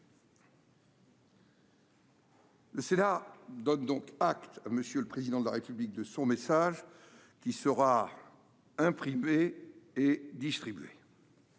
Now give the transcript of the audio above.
Le Sénat donne acte à M. le Président de la République de son message, qui sera imprimé et distribué.